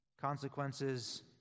consequences